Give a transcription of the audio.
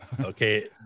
okay